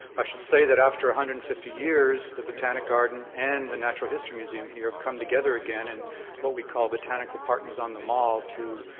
i should say that after one hundred and fifty years the botanic garden and the natural history museum here have come together again and what we call botanical partners on the mall to